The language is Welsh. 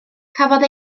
cafodd